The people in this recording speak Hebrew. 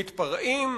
מתפרעים,